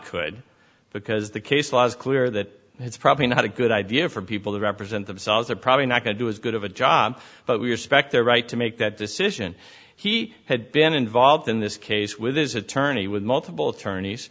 could because the case law is clear that it's probably not a good idea for people to represent themselves they're probably not going to as good of a job but we're spec their right to make that decision he had been involved in this case with his attorney with multiple tourney